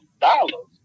dollars